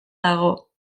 dago